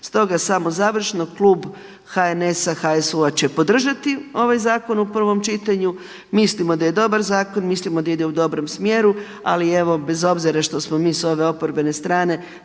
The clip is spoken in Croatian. Stoga samo završno, klub HNS-HSU-a će podržati ovaj zakon u prvom čitanju. Mislimo da je dobar zakon, mislimo da ide u dobrom smjeru ali evo bez obzira što smo mi s ove oporbene strane